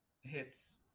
hits